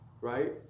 Right